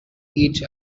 each